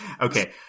Okay